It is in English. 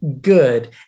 good